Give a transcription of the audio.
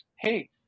hey